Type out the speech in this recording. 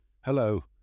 Hello